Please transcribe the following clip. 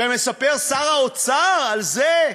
ומספר שר האוצר על זה,